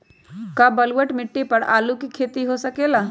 का बलूअट मिट्टी पर आलू के खेती हो सकेला?